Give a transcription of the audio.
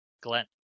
Glenn